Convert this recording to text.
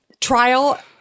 trial